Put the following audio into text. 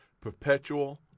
Perpetual